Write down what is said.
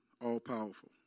all-powerful